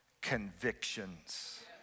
convictions